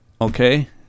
Okay